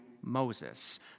Moses